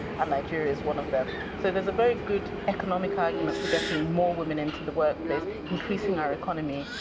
and nigeria is one of them. so there's a very good economic argument for getting more women into the workplace, increasing our economy,